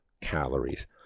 calories